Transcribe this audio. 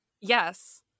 Yes